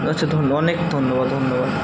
আচ্ছা অনেক ধন্যবাদ ধন্যবাদ